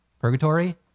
Purgatory